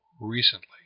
recently